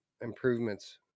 improvements